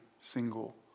single